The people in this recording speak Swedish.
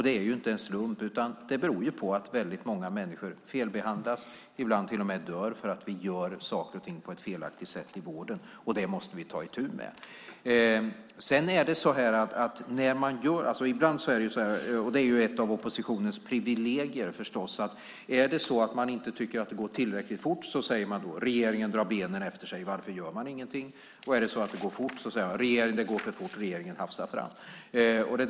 Det är inte en slump, utan det beror på att väldigt många människor felbehandlas och ibland till och med dör därför att vi gör saker och ting på ett felaktigt sätt i vården. Det måste vi ta itu med. Ett av oppositionens privilegier är att om man inte tycker att det går tillräckligt fort säger man "Regeringen drar benen efter sig - varför gör ni ingenting?" och om det går för fort säger man "Regeringen hafsar fram."